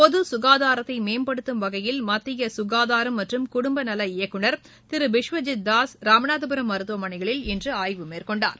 பொது சுகாதாரத்தை மேம்படுத்தும் வகையில் மத்திய சுகாதாரம் மற்றும் குடும்ப நல இயக்குநர் திரு பிஸ்வஜித் தாஸ் இராமநாதபுரம் மருத்துவமனைகளில் இன்று ஆய்வு மேற்கொண்டார்